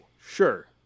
Sure